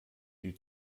die